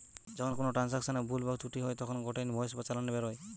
যখন কোনো ট্রান্সাকশনে ভুল বা ত্রুটি হই তখন গটে ইনভয়েস বা চালান বেরোয়